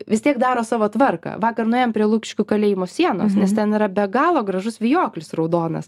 vis tiek daro savo tvarką vakar nuėjom prie lukiškių kalėjimo sienos nes ten yra be galo gražus vijoklis raudonas